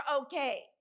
okay